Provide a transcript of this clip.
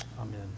Amen